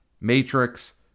Matrix